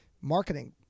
marketing